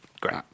Great